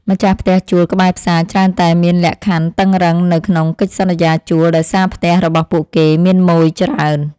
ម្ចាស់ផ្ទះជួលក្បែរផ្សារច្រើនតែតែងមានលក្ខខណ្ឌតឹងរ៉ឹងនៅក្នុងកិច្ចសន្យាជួលដោយសារផ្ទះរបស់ពួកគេមានម៉ូយច្រើន។